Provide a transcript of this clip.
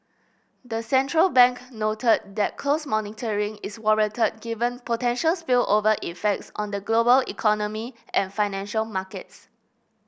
the central bank noted that close monitoring is warranted given potential spillover effects on the global economy and financial markets